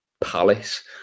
Palace